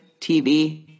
TV